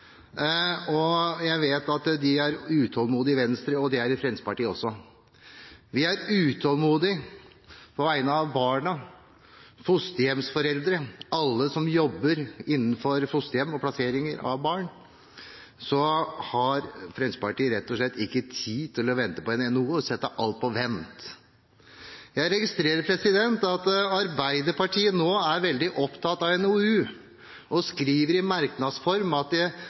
ting. Jeg vet at de er utålmodige i Venstre. Det er vi i Fremskrittspartiet også. Vi er utålmodige på vegne av barna, fosterhjemsforeldrene og alle som jobber innenfor fosterhjem og med plassering av barn. Fremskrittspartiet har rett og slett ikke tid til å vente på en NOU og sette alt på vent. Jeg registrerer at Arbeiderpartiet nå er veldig opptatt av en NOU og skriver i merknadsform at